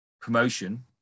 promotion